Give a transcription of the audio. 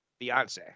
Beyonce